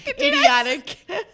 idiotic